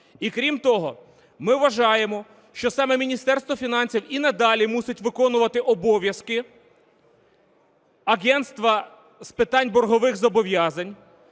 І, крім того, ми вважаємо, що саме Міністерство фінансів і надалі мусить виконувати обов'язки агентства з питань боргових зобов'язань,